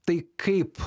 tai kaip